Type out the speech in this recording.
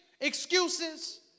excuses